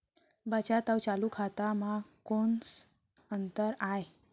बचत अऊ चालू खाता में कोस अंतर आय?